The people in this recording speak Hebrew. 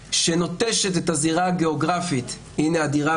שנוטשת את הזירה הגאוגרפית הנה הדירה